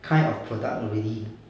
kind of product already